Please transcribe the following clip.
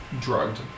drugged